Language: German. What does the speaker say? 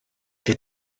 wir